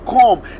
come